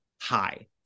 high